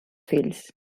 fills